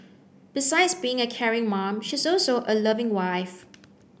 besides being a caring mom she's also a loving wife